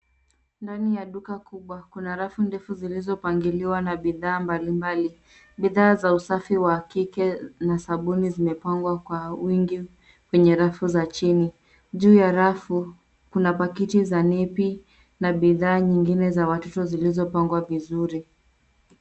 Ndani ya duka kubwa kuna rafu ndefu zilizopangiliwa na bidhaa mbali mbali. Bidhaa za usafi wa kike na sabuni zimepangwa kwa wingi kwenye rafu za chini. Juu ya rafu kuna pakiti za nepi na bidhaa nyingine za watoto zilizopangwa vizuri.